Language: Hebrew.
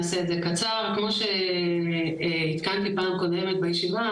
כמו שעדכנתי פעם קודמת בישיבה.